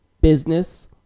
Business